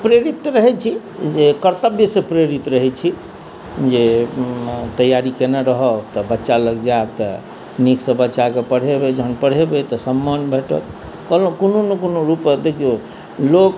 प्रेरित तऽ रहैत छी जे कर्तव्यसँ प्रेरित रहैत छी जे तैआरी कयने रहब तऽ बच्चा लग जाएब तऽ नीकसँ बच्चाके पढ़ेबै जहन पढ़ेबै तऽ सम्मान भेटत कहलहुँ कोनो ने कोनो रूपे देखियौ लोक